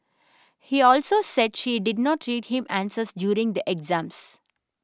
he also said she did not read him answers during the exams